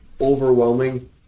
overwhelming